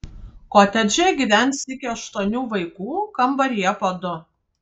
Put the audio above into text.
kotedže gyvens iki aštuonių vaikų kambaryje po du